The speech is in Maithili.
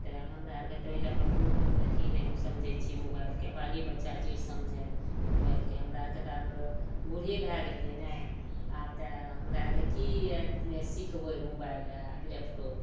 तऽ हमरा आओरके तऽ ओहि लैके कोनो जे अथी नहि समझै छिए मोबाइलके बाले बच्चा जे समझै मोबाइलके हमरा आओरके तऽ आब बूढ़े भए गेलिए ने आब तऽ हमरा आओरके कि सिखबै मोबाइल आओर लैपटॉप